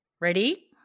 Ready